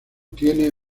tiene